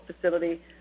facility